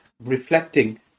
reflecting